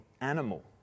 animal